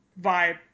vibe